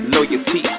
Loyalty